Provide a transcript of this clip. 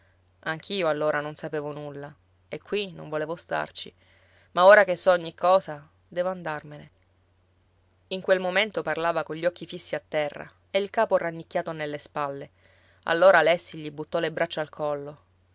anch'io allora non sapevo nulla e qui non volevo starci ma ora che so ogni cosa devo andarmene in quel momento parlava cogli occhi fissi a terra e il capo rannicchiato nelle spalle allora alessi gli buttò le braccia al collo